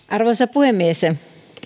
arvoisa puhemies